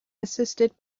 assisted